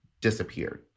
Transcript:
disappeared